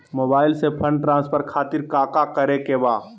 Mobile से fund transfer खातिर काका करे के बा?